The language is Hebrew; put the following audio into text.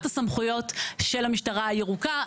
על שמירת הסמכויות של המשטרה הירוקה.